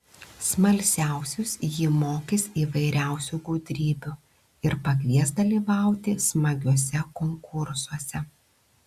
smalsiausius ji mokys įvairiausių gudrybių ir pakvies dalyvauti smagiuose konkursuose